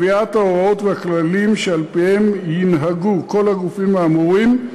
2. קביעת ההוראות והכללים שעל-פיהם ינהגו כל הגופים האמורים,